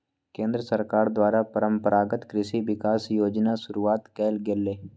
केंद्र सरकार द्वारा परंपरागत कृषि विकास योजना शुरूआत कइल गेलय